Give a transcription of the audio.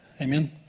Amen